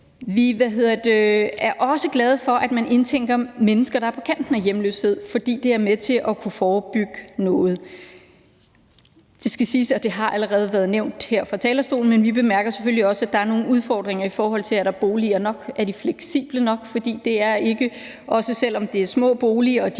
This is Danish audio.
Vi er også glade for, at man indtænker mennesker, der er på kanten af hjemløshed, fordi det er med til at kunne forebygge noget. Det skal siges, at det allerede har været nævnt her fra talerstolen, men vi bemærker selvfølgelig også, at der er nogle udfordringer, i forhold til om der er boliger nok og om de er fleksible nok. For selv om de er billige